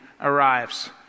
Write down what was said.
arrives